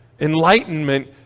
Enlightenment